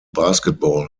basketball